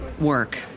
work